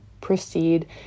proceed